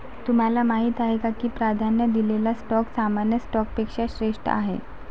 तुम्हाला माहीत आहे का की प्राधान्य दिलेला स्टॉक सामान्य स्टॉकपेक्षा श्रेष्ठ आहे?